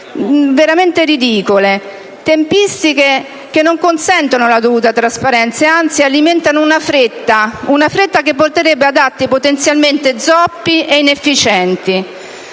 veramente ridicole, tempistiche che non consentono la dovuta trasparenza e anzi alimentano una fretta che porterebbe ad atti potenzialmente zoppi e inefficienti.